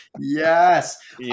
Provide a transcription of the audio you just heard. Yes